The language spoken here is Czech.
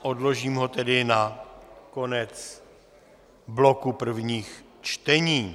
Odložím ho tedy na konec bloku prvních čtení.